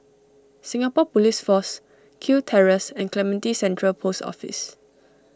Singapore Police Force Kew Terrace and Clementi Central Post Office